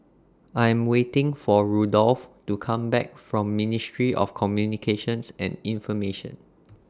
I Am waiting For Rudolph to Come Back from Ministry of Communications and Information